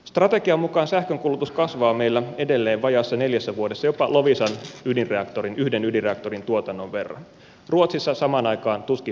strategian mukaan sähkönkulutus kasvaa meillä edelleen vajaassa neljässä vuodessa jopa loviisan yhden ydinreaktorin tuotannon verran ruotsissa samaan aikaan tuskin mainittavasti